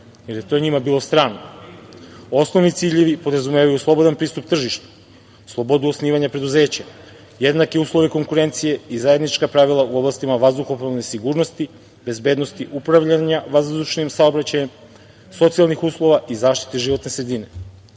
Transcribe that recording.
jer je to njima bilo strano, osnovni ciljevi podrazumevaju slobodan pristup tržištu, slobodu osnivanja preduzeća, jednake uslove konkurencije i zajednička pravila u oblastima vazduhoplovne sigurnosti, bezbednost upravljanja vazdušnim saobraćajem, socijalnih uslova i zaštite životne sredine,